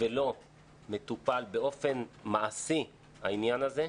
והעניין הזה לא מטופל באופן מעשי, זאת